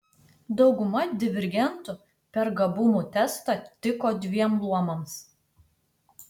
dauguma divergentų per gabumų testą tiko dviem luomams